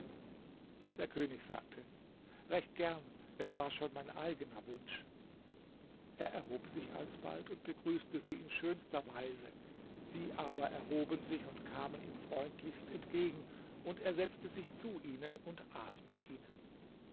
der könig sagte recht gern es war schon mein eigener wunsch er erhob sich alsbald und begrüßte sie in schönster weise sie aber erhoben sich und kamen ihm freundlichst entgegen und er setzte sich zu ihnen und aß mit ihnen